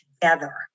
together